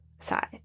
side